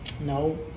No